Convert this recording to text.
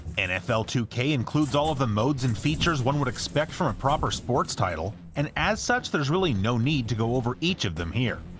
nfl two k includes all of the modes and features one would expect from a proper sports title, and as such there's really no need to go over each of them here.